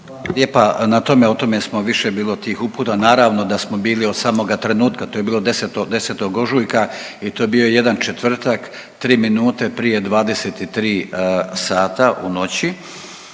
lijepa na tome, o tome smo više je bilo tih uputa, naravno da smo bili od samoga trenutka to je bilo 10. ožujka i to je bio jedan četvrtak 3 minute prije 23 sata u noći.